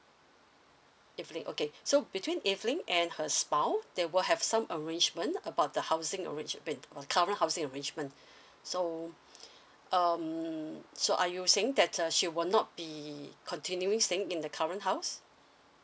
evelyn okay so between evelyn and her spouse they will have some arrangement about the housing arrangement uh current housing arrangement so um so are you saying that uh she will not be continuing staying in the current house